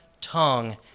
tongue